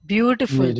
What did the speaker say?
Beautiful